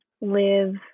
live